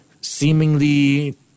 seemingly